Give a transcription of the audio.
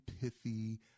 pithy